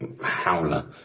howler